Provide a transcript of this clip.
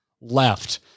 left